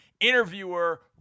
interviewer